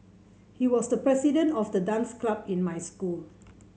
he was the president of the dance club in my school